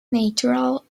natural